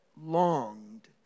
longed